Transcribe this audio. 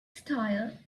style